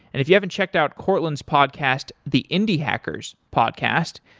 if you haven't checked out courtland's podcast, the indie hackers podcast,